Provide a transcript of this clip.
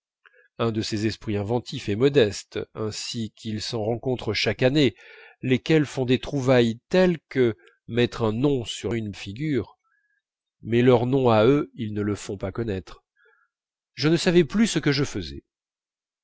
un de ces esprits inventifs et modestes ainsi qu'il s'en rencontre chaque année lesquels font des trouvailles telles que mettre un nom sur une figure mais leur nom à eux ils ne le font pas connaître je ne savais plus ce que je faisais